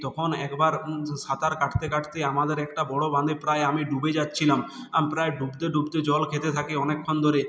তখন একবার স্ সাঁতার কাটতে কাটতে আমাদের একটা বড় বাঁধে প্রায় আমি ডুবে যাচ্ছিলাম আম প্রায় ডুবতে ডুবতে জল খেতে থাকি অনেকক্ষণ ধরে